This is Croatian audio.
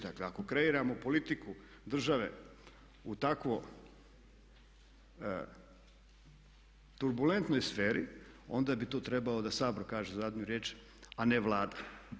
Dakle, ako kreiramo politiku države u tako turbulentnoj sferi onda bi tu trebao da Sabor kaže zadnju riječ, a ne Vlada.